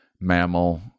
mammal